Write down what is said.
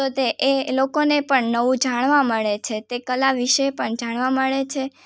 તો એ લોકોને પણ નવું જાણવા મળે છે તે કલા વિશે પણ જાણવા મળે છે